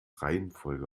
reihenfolge